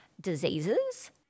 diseases